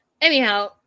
Anyhow